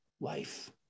life